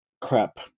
crap